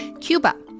Cuba